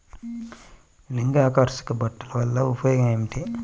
లింగాకర్షక బుట్టలు వలన ఉపయోగం ఏమిటి?